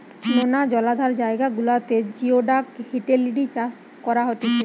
নোনা জলাধার জায়গা গুলাতে জিওডাক হিটেলিডি চাষ করা হতিছে